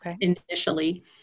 initially